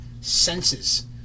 Senses